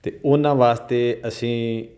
ਅਤੇ ਉਹਨਾਂ ਵਾਸਤੇ ਅਸੀਂ